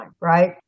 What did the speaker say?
right